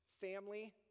family